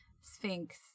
Sphinx